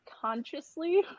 consciously